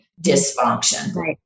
dysfunction